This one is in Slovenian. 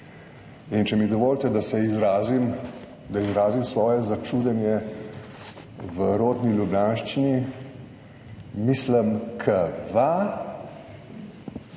In če mi dovolite, da se izrazim, da izrazim svoje začudenje v rodni ljubljanščini: »Mislm, kva?!«